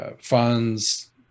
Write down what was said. funds